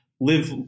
live